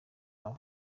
babo